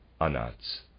Anats